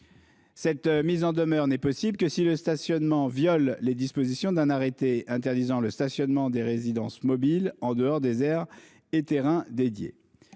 telle mise en demeure n'est possible que si la présence constatée viole les dispositions d'un arrêté interdisant le stationnement des résidences mobiles en dehors des aires et terrains dédiés.